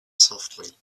softly